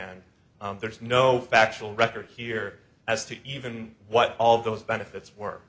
and there's no factual record here as to even what all those benefits w